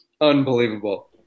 Unbelievable